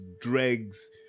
dregs